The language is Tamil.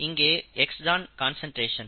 இங்கே x தான் கான்சன்ட்ரேஷன்